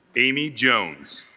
amy jones